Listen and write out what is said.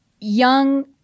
Young